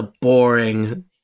boring